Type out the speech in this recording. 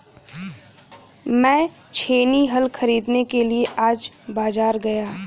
मैं छेनी हल खरीदने के लिए आज बाजार गया